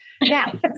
Now